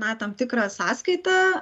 na tam tikrą sąskaitą